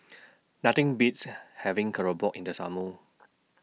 Nothing Beats having Keropok in The Summer